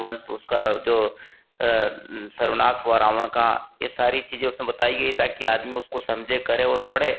वंश उसका जो सर्वनाश हुआ रावण का यह सारी चीज़ें उसमें बताई गई है ताकि आदमी उसको समझे करे और पढ़े